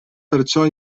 perciò